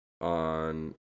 on